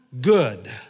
good